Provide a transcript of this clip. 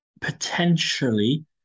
Potentially